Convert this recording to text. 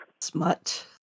Smut